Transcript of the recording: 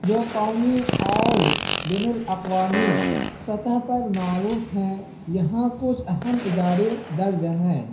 جو قومی اور بین الاقوامی سطح پر معروف ہیں یہاں کچھ اہم ادارے درج ہیں